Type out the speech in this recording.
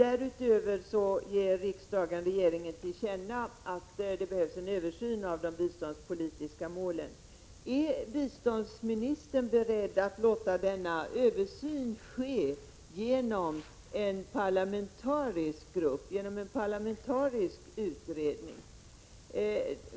Därutöver skall riksdagen ge regeringen till känna att det behövs en översyn av de biståndspolitiska målen. Är biståndsministern beredd att låta denna översyn ske genom en parlamentarisk grupp, genom en parlamentarisk utredning?